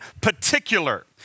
particular